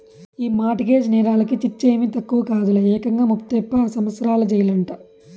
ఈ mortgage నేరాలకి శిచ్చేమీ తక్కువ కాదులే, ఏకంగా ముప్పై సంవత్సరాల జెయిలంట